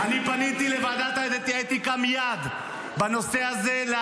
--- פניתי מייד לוועדת האתיקה בנושא הזה בבקשה